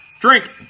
Drink